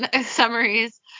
summaries